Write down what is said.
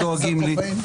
דואגים לי.